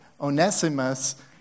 Onesimus